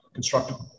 constructible